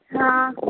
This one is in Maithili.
हँ